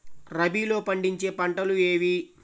రబీలో పండించే పంటలు ఏవి?